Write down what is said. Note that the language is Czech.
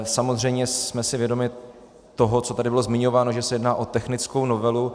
Samozřejmě jsme si vědomi toho, co tady bylo zmiňováno, že se jedná o technickou novelu.